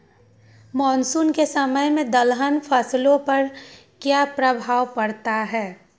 Monsoon के समय में दलहन फसलो पर क्या प्रभाव पड़ता हैँ?